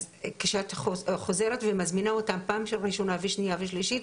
אז כשאת חוזרת ומזמינה אותן פעם ראשונה ושניה ושלישית,